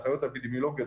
האחיות האפידמיולוגיות,